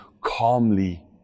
calmly